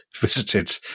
visited